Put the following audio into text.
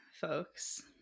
folks